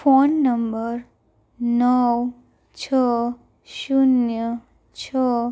phone number નવ છ શૂન્ય છ